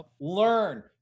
learn